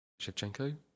Shevchenko